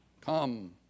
come